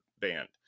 band